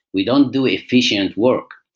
we don't do efficient work.